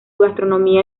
gastronomía